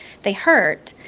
they hurt.